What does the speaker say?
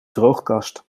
droogkast